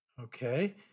Okay